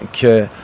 que